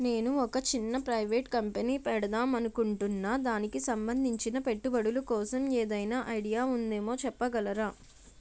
నేను ఒక చిన్న ప్రైవేట్ కంపెనీ పెడదాం అనుకుంటున్నా దానికి సంబందించిన పెట్టుబడులు కోసం ఏదైనా ఐడియా ఉందేమో చెప్పగలరా?